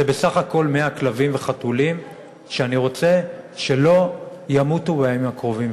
זה בסך הכול 100 כלבים וחתולים שאני רוצה שלא ימותו בימים הקרובים,